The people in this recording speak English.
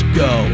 go